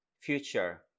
future